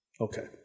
Okay